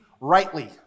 rightly